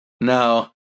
No